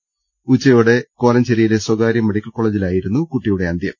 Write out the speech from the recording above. ഇന്നലെ ഉച്ചയോടെ കോലഞ്ചേരിയിലെ സ്വകാരൃ മെഡിക്കൽ കോളേജിലായിരുന്നു കുട്ടിയുടെ അന്ത്യം